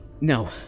No